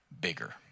bigger